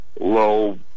low